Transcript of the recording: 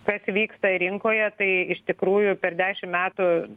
kas vyksta rinkoje tai iš tikrųjų per dešim metų